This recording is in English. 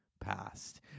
past